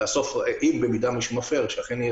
שאם בסוף מישהו מפר שיהיו